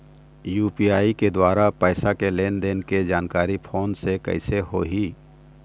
UPI के द्वारा पैसा के लेन देन के जानकारी फोन से कइसे होही?